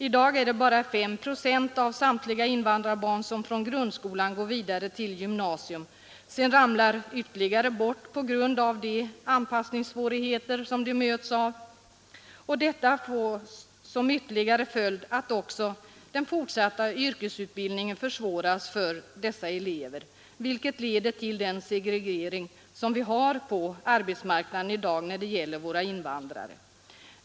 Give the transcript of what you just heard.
I dag är det bara fem procent av samtliga invandrarbarn som från grundskolan går vidare till gymnasium; sedan faller ytterligare ett antal bort på grund av de anpassningssvårigheter som de möts av. Detta får som ytterligare följd att också den fortsatta yrkesutbildningen försvåras för dessa elever, vilket leder till den segregering som vi har på arbetsmarknaden i dag när det gäller våra invandrare.